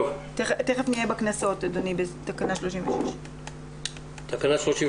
תכף נהיה בקנסות, בתקנה 36. מי בעד אישור תקנה 35?